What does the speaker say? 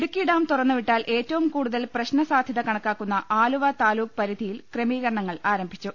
Idukki dam തുറന്നുവിട്ടാൽ ഏറ്റവും കൂടുതൽ പ്രശ്ന സാധ്യത കണക്കാക്കുന്ന ആലുവ താലൂക്ക് പരിധിയിൽ ക്രമീകര ണങ്ങൾ ആരംഭിച്ചു